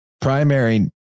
primary